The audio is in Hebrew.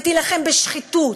ותילחם בשחיתות,